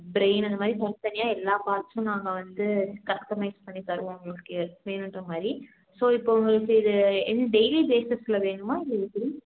brain அந்த மாதிரி தனி தனியாக எல்லா பார்ட்ஸும் நாங்கள் வந்து கஸ்டமைஸ் பண்ணித்தருவோம் உங்களுக்கு வேணுகிற மாதிரி ஸோ இப்போது உங்களுக்கு இது இது டெய்லி பேஸிஸில் வேணுமா இல்லை எப்படி